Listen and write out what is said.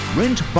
rent